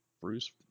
Bruce